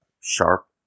sharp